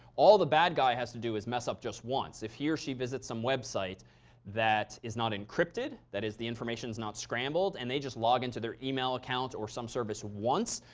all the bad guy has to do is mess up just once. if he or she visit some website that is not encrypted that is the information's not scrambled and they just log into their email account or some service once,